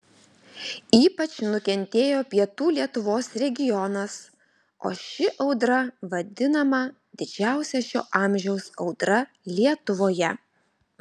ypač nukentėjo pietų lietuvos regionas o ši audra vadinama didžiausia šio amžiaus audra lietuvoje